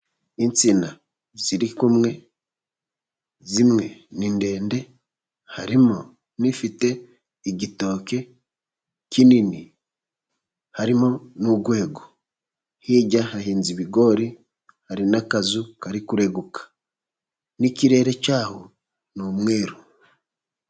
Insina ziri kumwe, zimwe ni ndende, harimo n’ifite igitoki kinini. Harimo n’urwego. Hirya hahinze ibigori, hari n’akazu kari kurenguka, n’ikirere cyaho ni umweru.